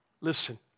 Listen